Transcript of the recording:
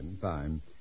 fine